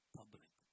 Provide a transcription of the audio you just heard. public